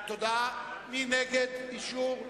מי נגד אישור?